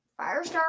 Firestar